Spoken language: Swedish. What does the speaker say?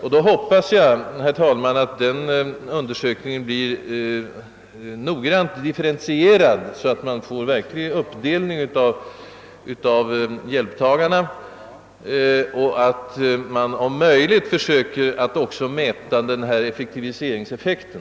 Jag hoppas att denna undersökning även blir noggrant differentierad, så att man får en uppdelning av hjälptagarna i olika kategorier och att man om möjligt också försöker att mäta effektiviseringseffekten.